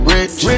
Rich